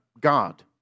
God